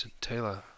Taylor